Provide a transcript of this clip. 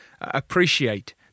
appreciate